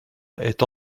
est